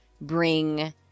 bring